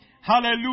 Hallelujah